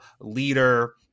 leader